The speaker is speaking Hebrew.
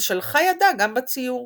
ושלחה ידה גם בציור.